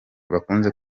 bakunze